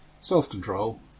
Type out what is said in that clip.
Self-control